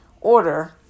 order